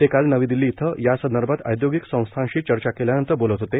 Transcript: ते काल नवी दिल्ली इथं यासंदर्भात औद्योगिक संस्थांशी चर्चा केल्यानंतर बोलत होते